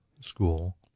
school